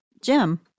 Jim